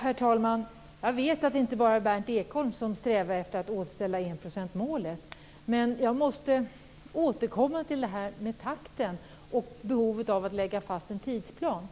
Herr talman! Jag vet att det inte bara är Berndt Ekholm som strävar efter att återställa enprocentsmålet men måste ändå återkomma till det här med takten och behovet av att lägga fast en tidsplan.